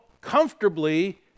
comfortably